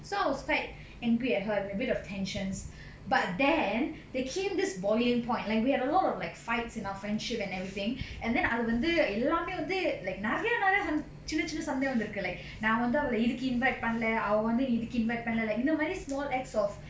so I was quite angry at her we have a bit of tensions but then they came this boiling point like we had a lot of like fights in our friendship and everything and then அது வந்து எல்லாமே வந்து:adhu vandhu ellame vandhu like நெறைய நெறைய சின்ன சின்ன சண்ட வந்திருக்கு:neraya neraya chinna chinna sanda vandirukku like நா வந்து அவள இதுக்கு:naa vandhu avala idhukku invite பண்ணல அவ வந்து இதுக்கு:pannala ava vandhu idhukku invite பண்ணல:pannala like இந்தமாரி:indhamaari small acts of